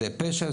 זה פשע,